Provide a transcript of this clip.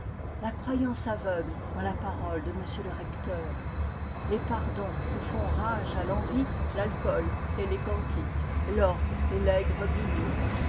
la croyance aveugle en la parole de m le recteur les pardons où font rage à l'envi l'alcool et les cantiques l'orgue et l'aigre biniou